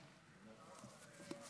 מכובדי היושב-ראש,